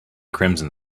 crimson